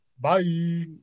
Bye